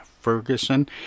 Ferguson